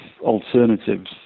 alternatives